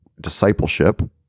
discipleship